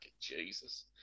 Jesus